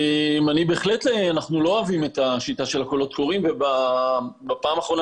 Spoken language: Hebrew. אנחנו לא אוהבים את השיטה של קולות קוראים ובפעם האחרונה